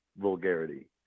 vulgarity